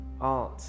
art